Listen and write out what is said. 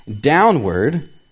downward